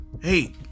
Hey